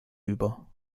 über